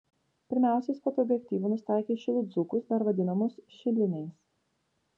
pirmiausia jis fotoobjektyvu nusitaikė į šilų dzūkus dar vadinamus šiliniais